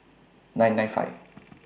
nine nine five